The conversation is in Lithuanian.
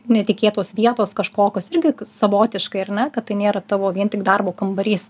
netikėtos vietos kažkokios irgi savotiškai ar ne kad tai nėra tavo vien tik darbo kambarys